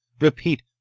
Repeat